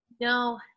No